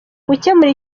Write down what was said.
gukemura